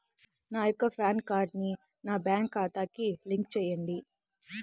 నా యొక్క పాన్ కార్డ్ని నా బ్యాంక్ ఖాతాకి లింక్ చెయ్యండి?